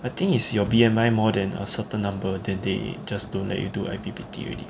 I think is your B_M_I more than a certain number then they just don't let you do I_P_P_T already